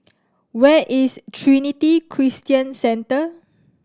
where is Trinity Christian Centre